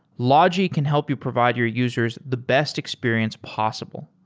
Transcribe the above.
logi can help you provide your users the best experience possible.